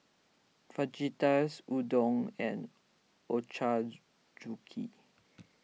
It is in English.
Fajitas Udon and